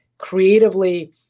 creatively